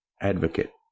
advocate